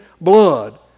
blood